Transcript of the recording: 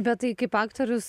bet tai kaip aktorius